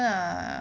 lah